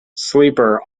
sleeper